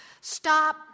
stop